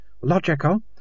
Logical